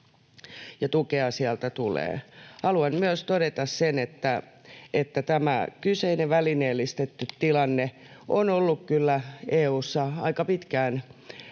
tukea sieltä tulee. Haluan myös todeta sen, että tämä kyseinen välineellistetty tilanne on ollut kyllä EU:ssa aika pitkään kivenä